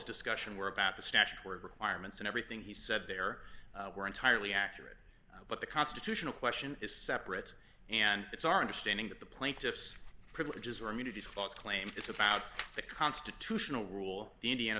discussion were about the statutory requirements and everything he said there were entirely accurate but the constitutional question is separate and it's our understanding that the plaintiffs privileges or immunities clause claim it's about the constitutional rule